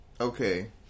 Okay